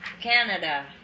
Canada